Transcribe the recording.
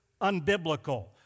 unbiblical